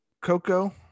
Coco